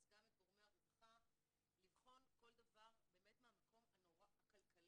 גם את גורמי הרווחה לבחון כל דבר מהמקום הכלכלי,